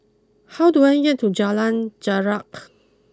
how do I get to Jalan Jarak